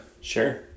Sure